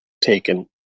taken